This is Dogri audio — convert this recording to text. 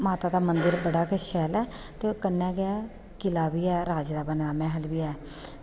माता दा मंदर बड़ा गै शैल ऐ ते कन्नै गै किला बी ऐ राजे दा बने दा मैह्ल बी ऐ